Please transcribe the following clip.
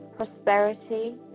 Prosperity